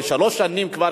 ושלוש שנים כבר,